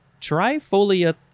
trifoliate